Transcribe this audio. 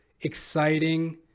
exciting